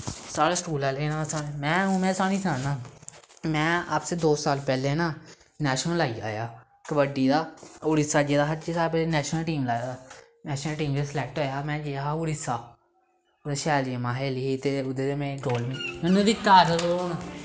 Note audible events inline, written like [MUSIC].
साढ़े स्कूल आह्ले ना में हून में थोआनू सनानां में अब से दो साल पैह्ले ना नेशनल लाई आया हा कबड्डी दा उड़ीसा गेदा हा कि भाई नेशनल टीम [UNINTELLIGIBLE] नेशनल टीम च स्लैक्ट होएआ हा में गेआ हा उड़ीसा ते शैल गेमां खेली ही ते उद्धर में गोल्ड